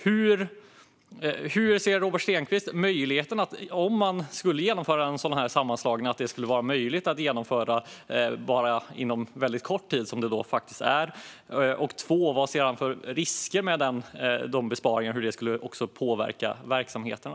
Hur ser Robert Stenkvist på möjligheten att genomföra en sådan här sammanslagning på väldigt kort tid, som det faktiskt är? Och vad ser han för risker med hur besparingarna kan påverka verksamheterna?